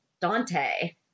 Dante